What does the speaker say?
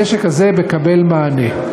הנשק הזה מקבל מענה.